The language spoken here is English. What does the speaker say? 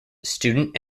student